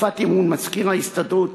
הופעתי מול מזכיר ההסתדרות,